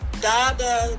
Dada